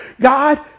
God